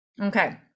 okay